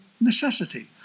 necessity